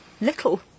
Little